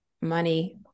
money